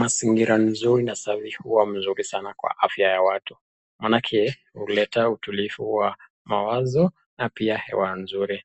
Mazingira mzuri na huwa mzuri sana kwa afya ya watu, maanake huleta utulivu wa mawazo na pia hewa mzuri,